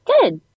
Good